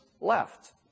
left